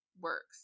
works